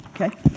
okay